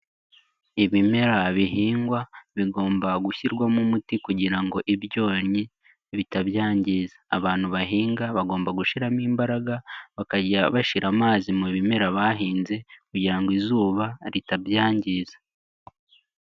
Ibimera bihingwa bigomba gushyirwamo umuti kugira ngo ibyonnyi bitabyangiza, abantu bahinga bagomba gushyiramo imbaraga, bakajya bashira amazi mu bimera bahinze kugira ngo izuba ritabyangiza.